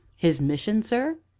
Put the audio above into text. his mission, sir?